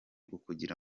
ukugira